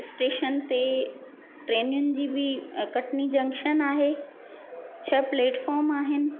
station ते ट्रेनियुनि जी बि कटनी जंक्शन आहे छह प्लेटफॉर्म आहिनि